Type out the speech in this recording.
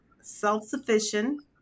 self-sufficient